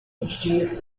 introduce